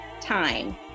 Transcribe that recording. time